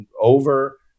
over